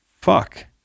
fuck